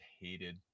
hated